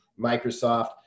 Microsoft